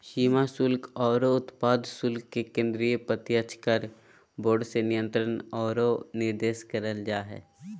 सीमा शुल्क आरो उत्पाद शुल्क के केंद्रीय प्रत्यक्ष कर बोर्ड से नियंत्रण आरो निर्देशन करल जा हय